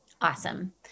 Awesome